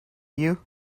you